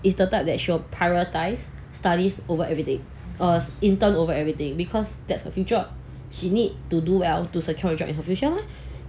is the type that she will prioritise studies over everything err intern over everything because that's her future she need to do well to secure a job in the future mah